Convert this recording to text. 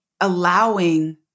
allowing